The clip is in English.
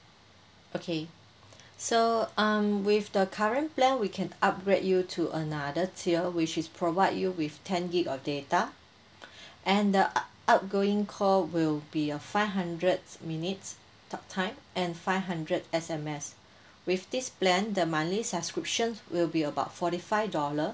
okay so um with the current plan we can upgrade you to another tier which is provide you with ten gig of data and the ou~ outgoing call will be a five hundred minutes talk time and five hundred S_M_S with this plan the monthly subscription will be about forty five dollar